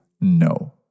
no